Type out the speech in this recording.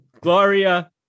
Gloria